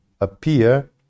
appear